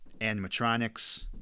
animatronics